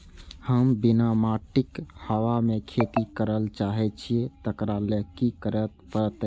हम बिना माटिक हवा मे खेती करय चाहै छियै, तकरा लए की करय पड़तै?